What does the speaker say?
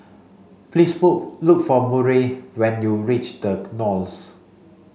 please look for Murry when you reach The Knolls